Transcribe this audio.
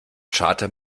charter